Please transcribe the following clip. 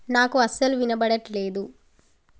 నాకు అస్సలు వినబడట్లేదు